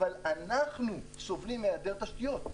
אבל אנחנו סובלים מהיעדר תשתיות.